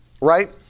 right